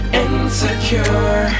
insecure